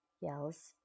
yells